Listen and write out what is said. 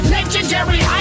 Legendary